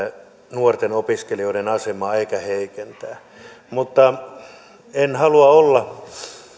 nuorten opiskelijoiden asemaa eikä heikentää en halua olla